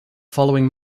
following